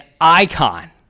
icon